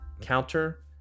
counter